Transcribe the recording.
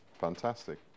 Fantastic